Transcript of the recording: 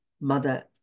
mother